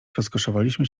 rozkoszowaliśmy